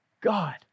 God